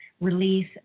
release